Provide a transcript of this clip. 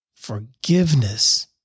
Forgiveness